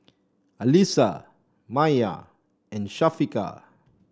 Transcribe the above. Alyssa Maya and Syafiqah